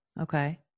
Okay